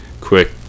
Quick